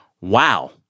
Wow